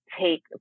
take